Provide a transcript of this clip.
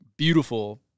Beautiful